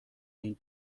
این